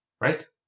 right